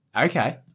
Okay